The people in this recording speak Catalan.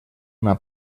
una